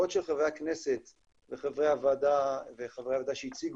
אני מסכים אתך למרות שאני לא משפטן ומדי בוקר אני מודה לאלוהים שאני לא